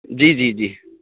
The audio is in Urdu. جی جی جی